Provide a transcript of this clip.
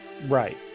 Right